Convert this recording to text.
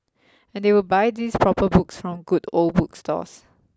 and they would buy these proper books from good old bookstores